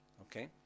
okay